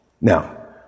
Now